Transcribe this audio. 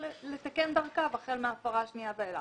לתקן דרכיו החל מההפרה השנייה ואילך.